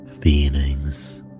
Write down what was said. feelings